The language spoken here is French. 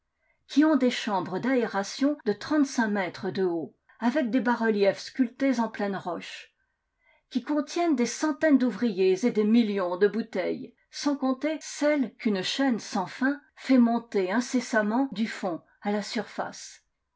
qui ont des chambres d'aération de trente-cinq mètres de haut avec des bas-reliefs sculptés en pleine roche qui contiennent des centaines d'ouvriers et des millions de bouteilles sans compter celles qu'une chaîne sans fin fait monter incessamment du fond à la surface